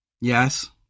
Yes